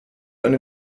eine